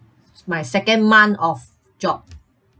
my second month of job